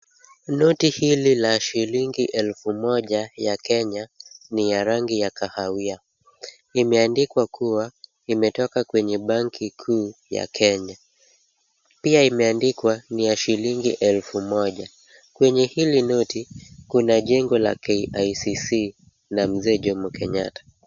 Noti hili la shilingi elfu moja ya Kenya ni ya rangi ya kahawia. Imeandikwa kuwa imetoka kwenye benki kuu ya Kenya. Pia imeandikwa ni ya shilingi elfu moja. Kwenye hili noti, kuna jengo la KICC na mzee Jomo Kenyatta.